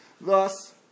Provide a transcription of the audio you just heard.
Thus